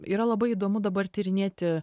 yra labai įdomu dabar tyrinėti